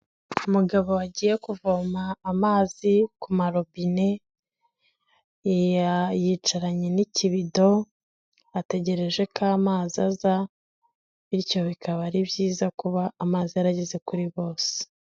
Umugabo wagiye kuvoma amazi ku marobine, yicaranye n'ikibido ategereje ko amazi aza, bityo bikaba ari byiza kuba amazi yarageze kuri bose.